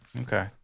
Okay